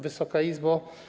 Wysoka Izbo!